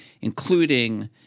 including